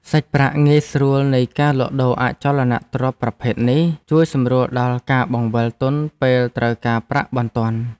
សាច់ប្រាក់ងាយស្រួលនៃការលក់ដូរអចលនទ្រព្យប្រភេទនេះជួយសម្រួលដល់ការបង្វិលទុនពេលត្រូវការប្រាក់បន្ទាន់។